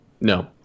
No